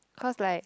cause like